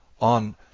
on